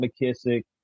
McKissick